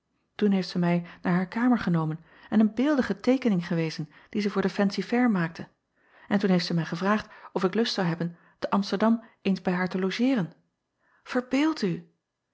oen heeft zij mij naar haar kamer genomen en een beeldige teekening gewezen die zij voor de fancy-fair maakte en toen heeft zij mij gevraagd of ik lust zou hebben te msterdam eens bij haar te logeeren verbeeld u